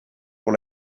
pour